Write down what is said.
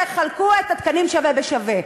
תחלקו את התקנים שווה בשווה.